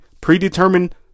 predetermined